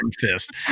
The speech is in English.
fist